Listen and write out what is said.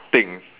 thing